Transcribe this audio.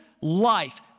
life